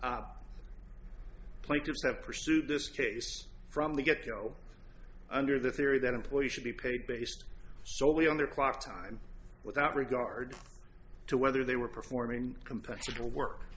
have pursued this case from the get go under the theory that employees should be paid based solely on their clock time without regard to whether they were performing